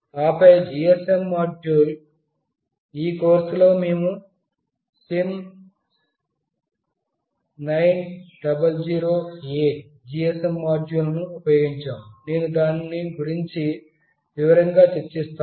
ఆపై GSM module ఈ కోర్సులో మేము SIM900A GSM మాడ్యూల్ను ఉపయోగించాము నేను దాని గురించి వివరంగా చర్చిస్తాను